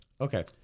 Okay